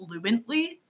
fluently